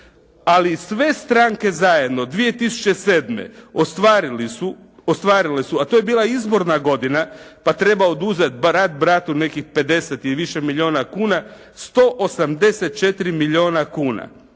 Ali sve stranke zajedno 2007. ostvarili su, ostvarile su, a to je bila izborna godina pa treba oduzeti brat bratu nekih 50 i više milijuna kuna, 184 milijuna kuna.